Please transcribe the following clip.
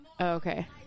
Okay